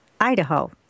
Idaho